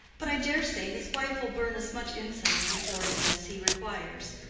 but i dare say his wife will burn as much incense before him as he requires,